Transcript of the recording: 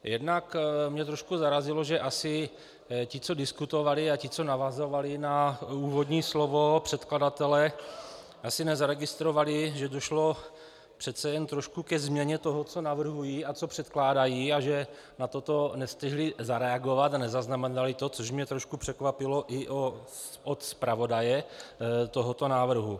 Jednak mě trošku zarazilo, že asi ti, co diskutovali, a ti, co navazovali na úvodní slovo předkladatele, asi nezaregistrovali, že došlo přece jen trošku ke změně toho, co navrhují a co předkládají, a že na toto nestihli zareagovat a nezaznamenali to, což mě trošku překvapilo i od zpravodaje tohoto návrhu.